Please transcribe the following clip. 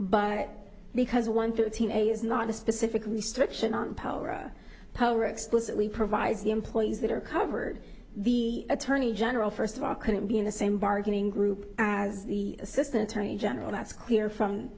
but because one thirteen a is not a specific restriction on power power explicitly provides the employees that are covered the attorney general first of all couldn't be in the same bargaining group as the assistant attorney general that's clear from